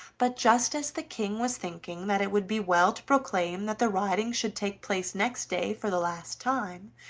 but just as the king was thinking that it would be well to proclaim that the riding should take place next day for the last time,